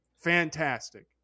fantastic